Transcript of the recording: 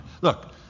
Look